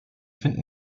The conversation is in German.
finden